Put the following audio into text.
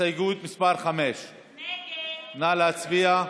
הסתייגות מס' 5. נא להצביע.